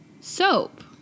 Soap